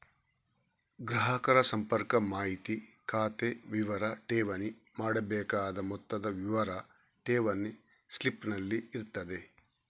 ಗ್ರಾಹಕರ ಸಂಪರ್ಕ ಮಾಹಿತಿ, ಖಾತೆ ವಿವರ, ಠೇವಣಿ ಮಾಡಬೇಕಾದ ಮೊತ್ತದ ವಿವರ ಠೇವಣಿ ಸ್ಲಿಪ್ ನಲ್ಲಿ ಇರ್ತದೆ